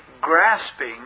grasping